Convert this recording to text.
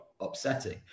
upsetting